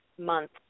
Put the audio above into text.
month